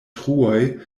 truoj